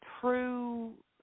true